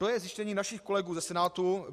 To je zjištění našich kolegů ze Senátu.